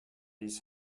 his